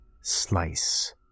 Slice